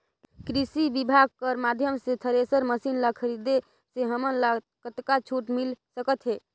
कृषि विभाग कर माध्यम से थरेसर मशीन ला खरीदे से हमन ला कतका छूट मिल सकत हे?